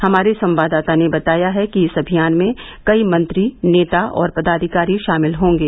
हमारे संवाददाता ने बताया है कि इस अभियान में कई मंत्री नेता और पदाधिकारी शामिल होंगे